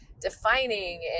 defining